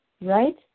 right